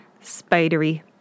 spidery